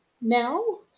now